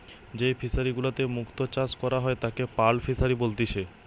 যেই ফিশারি গুলাতে মুক্ত চাষ করা হয় তাকে পার্ল ফিসারী বলেতিচ্ছে